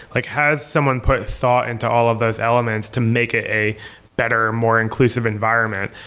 like has someone put thought into all of those elements to make it a better, or more inclusive environment?